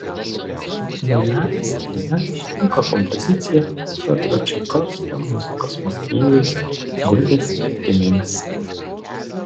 donatas ir lina atliko kompoziciją piotro čaikovskio muzikos motyvais gulbės atgimimas